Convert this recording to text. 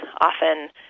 often